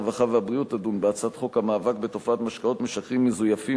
הרווחה והבריאות תדון בהצעת חוק המאבק בתופעת משקאות משכרים מזויפים,